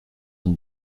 and